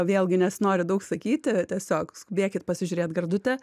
vėlgi nesinori daug sakyti tiesiog skubėkit pasižiūrėt gardutę